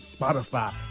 Spotify